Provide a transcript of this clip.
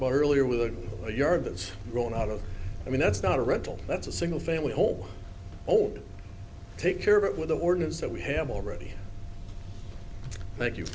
about earlier with a yard that's grown out of i mean that's not a rental that's a single family home oh take care of it with the ordinance that we have already thank you